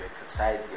exercise